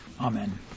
Amen